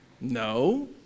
No